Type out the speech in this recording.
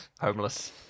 Homeless